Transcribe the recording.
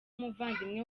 umuvandimwe